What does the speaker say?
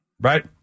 Right